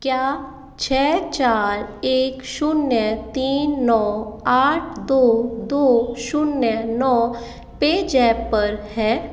क्या छः चार एक शून्य तीन नौ आठ दो दो शून्य नौ पेजैप पर है